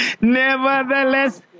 Nevertheless